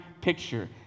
picture